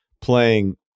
playing